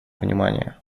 внимания